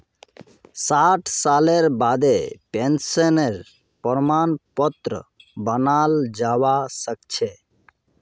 साठ सालेर बादें पेंशनेर प्रमाण पत्र बनाल जाबा सखछे